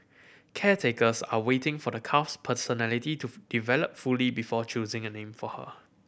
caretakers are waiting for the calf's personality to develop fully before choosing a name for her